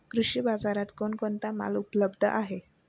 कृषी बाजारात कोण कोणता माल उपलब्ध आहे?